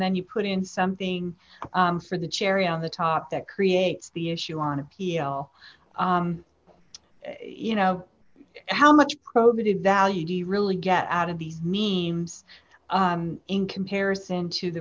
then you put in something for the cherry on the top that creates the issue on appeal you know how much probative value do you really get out of these means in comparison to the